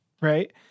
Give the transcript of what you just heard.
right